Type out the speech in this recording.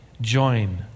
Join